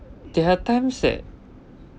there are times that